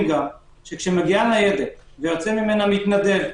מקרים שכשמגיעה ניידת ויוצא ממנה מתנדב,